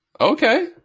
Okay